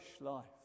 life